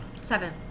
Seven